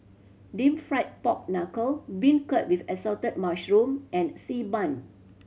Deep Fried Pork Knuckle beancurd with Assorted Mushrooms and Xi Ban